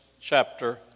chapter